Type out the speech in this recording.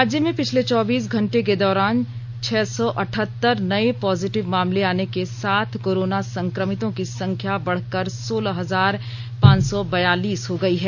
राज्य में पिछले चौबीस घंटे के दौरान छह सौ अठहत्तर नए पॉजिटिव मामले आने के साथ कोरोना संक्रमितों की संख्या बढ़कर सोलह हजार पांच सौ ब्यालीस हो गई है